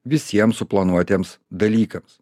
visiem suplanuotiems dalykams